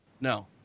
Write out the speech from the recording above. No